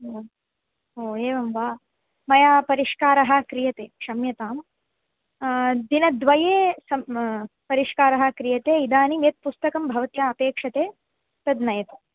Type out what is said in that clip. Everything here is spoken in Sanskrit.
हो एवं वा मया परिष्कारः क्रियते क्षम्यताम् दिनद्वये सम् परिष्कारः क्रियते इदानीं यत् पुस्तकं भवत्या अपेक्षते तद् नयतु